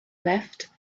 left